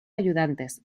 ayudantes